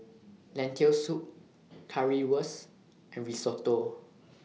Lentil Soup Currywurst and Risotto